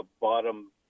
bottom—